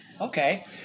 Okay